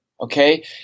Okay